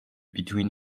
between